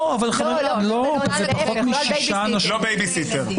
להפך, לא על בייביסטר.